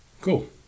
Cool